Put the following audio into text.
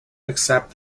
accept